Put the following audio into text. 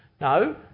No